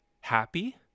happy